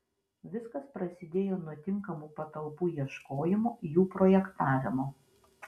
viskas prasidėjo nuo tinkamų patalpų ieškojimo jų projektavimo